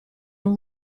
non